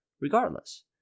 regardless